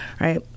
right